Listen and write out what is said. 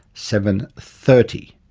seven. thirty.